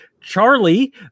Charlie